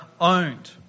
owned